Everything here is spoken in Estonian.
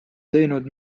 teinud